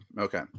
okay